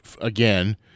again